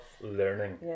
learning